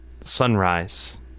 sunrise